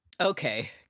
Okay